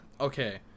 Okay